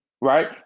right